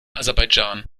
aserbaidschan